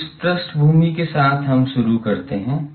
तो इस पृष्ठभूमि के साथ हम शुरू करते हैं